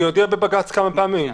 היא הודיעה בבג"ץ כמה פעמים.